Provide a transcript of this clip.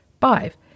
Five